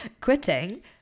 quitting